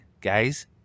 guys